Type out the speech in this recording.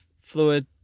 fluid